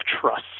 trust